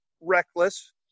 reckless